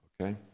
okay